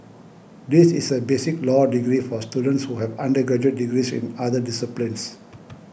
this is a basic law degree for students who have undergraduate degrees in other disciplines